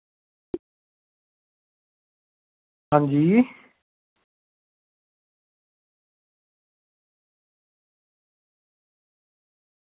आं जी